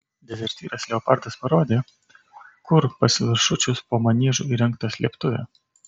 dezertyras leopardas parodė kur pas viršučius po maniežu įrengta slėptuvė